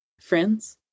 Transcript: friends